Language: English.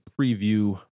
preview